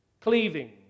cleaving